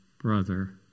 brother